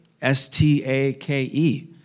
S-T-A-K-E